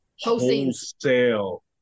wholesale